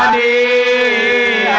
a